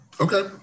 Okay